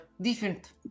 different